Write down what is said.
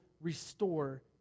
restore